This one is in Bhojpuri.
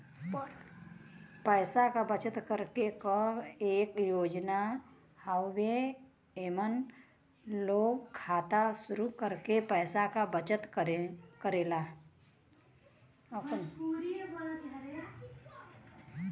पैसा क बचत करे क एक योजना हउवे एमन लोग खाता शुरू करके पैसा क बचत करेलन